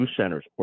centers